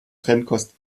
trennkost